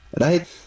Right